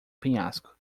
penhasco